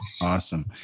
Awesome